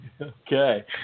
Okay